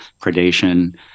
predation